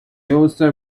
also